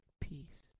peace